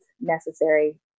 necessary